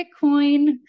Bitcoin